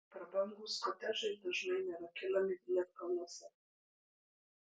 prabangūs kotedžai dažnai nerakinami net kalnuose